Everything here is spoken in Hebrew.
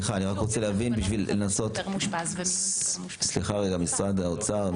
אני רוצה להבין, משרד האוצר.